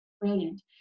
brilliant